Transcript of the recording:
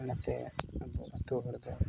ᱚᱱᱟᱛᱮ ᱟᱵᱚ ᱟᱹᱛᱩ ᱦᱚᱲ ᱫᱚ